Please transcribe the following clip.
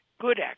good